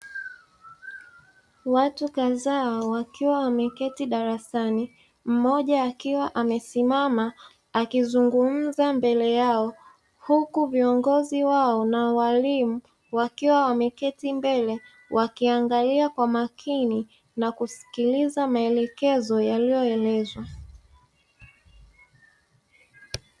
Watu kadhaa wakiwa wameketi darasani mmoja akiwa amesimama akizungumza mbele yao, huku viongozi wao na waalimu wakiwa wameketi mbele wakiangalia kwa makini na kusikiliza maelekezo yaliyoelezwa.